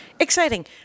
Exciting